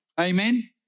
Amen